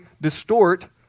distort